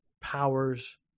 powers